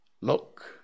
Look